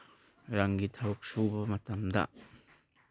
ꯔꯪꯒꯤ ꯊꯕꯛ ꯁꯨꯕ ꯃꯇꯝꯗ